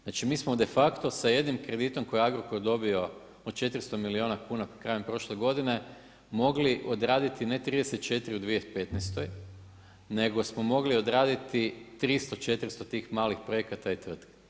Znači mi smo de facto sa jednim kreditom koji je Agrokor dobio od 400 milijuna kuna krajem prošle godine mogli odraditi ne 34 u 2015. nego smo mogli odraditi 300, 400 tih malih projekata i tvrtki.